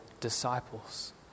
disciples